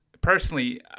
personally